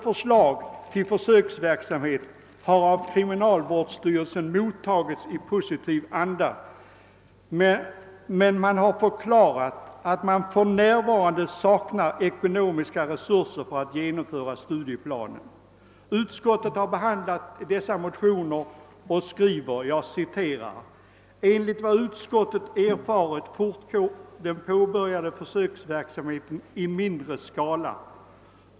Förslaget om försöksverksamheten har av kriminalvårdsstyrelsen mottagits i positiv anda, men man har förklarat att man för närvarande saknar ekonomiska resurser för att genomföra studieplanen. Utskottet har behandlat dessa motioner och skriver: »Enligt vad utskottet erfarit fortgår den påbörjade försöksverksamheten i mindre skala.